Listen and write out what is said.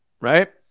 right